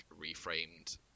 reframed